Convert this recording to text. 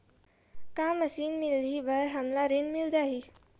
का मशीन मिलही बर हमला ऋण मिल जाही?